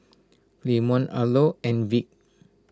Clemon Arlo and Vic